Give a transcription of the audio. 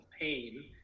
pain